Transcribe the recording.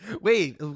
Wait